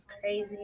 Crazy